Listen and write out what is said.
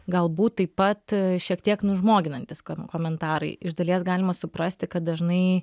galbūt taip pat šiek tiek nužmoginantys komentarai iš dalies galima suprasti kad dažnai